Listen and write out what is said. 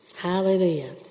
Hallelujah